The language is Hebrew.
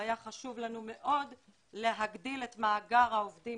והיה חשוב לנו מאוד להגביל את מאגר העובדים